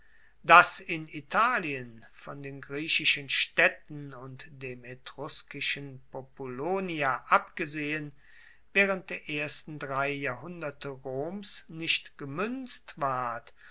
dass in italien von den griechischen staedten und dem etruskischen populonia abgesehen waehrend der ersten drei jahrhunderte roms nicht gemuenzt ward